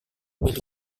milik